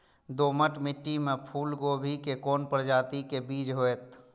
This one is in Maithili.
दोमट मिट्टी में फूल गोभी के कोन प्रजाति के बीज होयत?